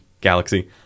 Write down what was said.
galaxy